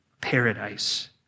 paradise